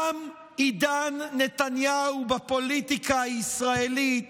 תם עידן נתניהו בפוליטיקה הישראלית.